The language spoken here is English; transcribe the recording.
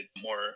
more